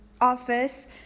office